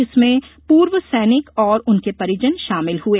जिसमें पूर्व सैनिक और उनके परिजन शामिल हुए